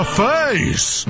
face